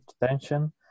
attention